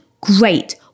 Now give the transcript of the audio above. Great